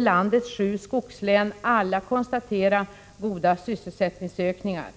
landets sju skogslän alla konstatera goda sysselsättningsökningar.